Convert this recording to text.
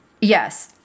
Yes